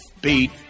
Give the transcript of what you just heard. Beat